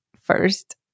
first